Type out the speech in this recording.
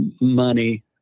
money